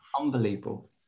unbelievable